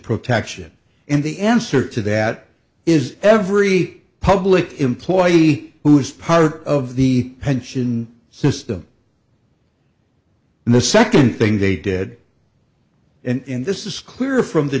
protection and the answer to that is every public employee who is part of the pension system and the second thing they did and this is clear from the